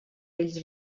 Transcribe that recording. ells